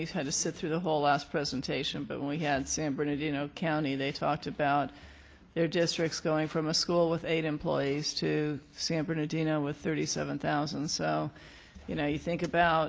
had to sit through the whole last presentation, but when we had san bernardino county, they talked about their districts going from a school with eight employees to san bernardino with thirty seven thousand. so, you know, you think about